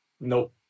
Nope